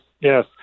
yes